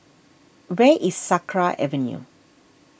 where is Sakra Avenue